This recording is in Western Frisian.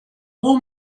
wol